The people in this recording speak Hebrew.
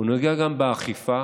הוא נוגע גם באכיפה,